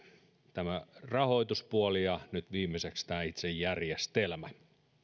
tämä rahoituspuoli ja nyt viimeiseksi tämä itse järjestelmä